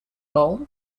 bowl